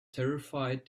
terrified